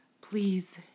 Please